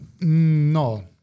No